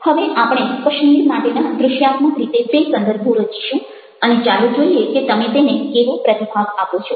હવે આપણે કશ્મીર માટેના દૃશ્યાત્મક રીતે બે સંદર્ભો રચીશું અને ચાલો જોઈએ કે તમે તેને કેવો પ્રતિભાવ આપો છો